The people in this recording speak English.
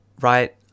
Right